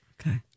Okay